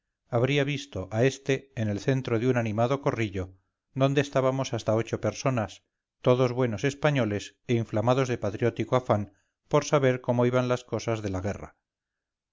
habría visto a este en el centro de un animado corrillo donde estábamos hasta ocho personas todos buenos españoles e inflamados de patriótico afán por saber cómo iban las cosas de la guerra